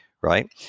right